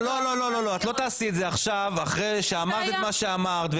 את לא תעשי את זה עכשיו אחרי שאמרת את מה שאמרת.